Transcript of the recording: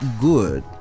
good